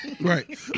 Right